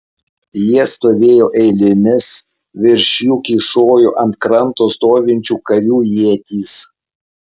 jie stovėjo eilėmis virš jų kyšojo ant kranto stovinčių karių ietys